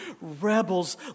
rebels